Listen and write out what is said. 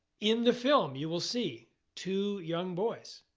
in the film, you will see two young boys,